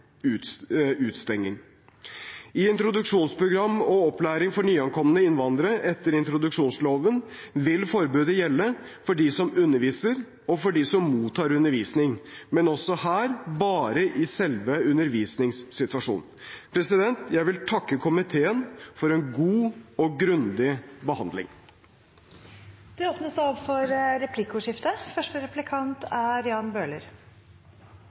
I introduksjonsprogram og opplæring for nyankomne innvandrere etter introduksjonsloven vil forbudet gjelde for dem som underviser, og for dem som mottar undervisning, men også her bare i selve undervisningssituasjonen. Jeg vil takke komiteen for en god og grundig behandling. Det blir replikkordskifte. I Dagsrevyen 23. mars i år sa statsråden at «det er